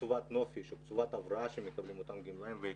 קצובת נופש או קצובת הבראה שמקבלים אותם גמלאים?